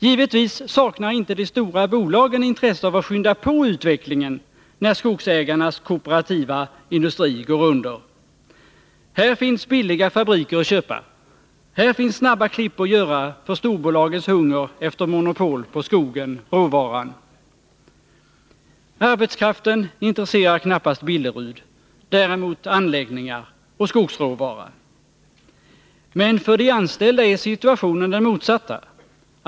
Givetvis saknar inte de stora bolagen intresse av att skynda på utvecklingen när skogsägarnas kooperativa industri går under. Här finns billiga fabriker att köpa, här finns snabba klipp att göra för storbolagens hunger efter monopol på skogen-råvaran. Arbetskraften intresserar knappast Billerud, däremot anläggningar och skogsråvara. Men för de anställda är situationen den motsatta.